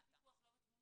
אבל אז הפיקוח לא בתמונה.